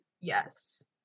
Yes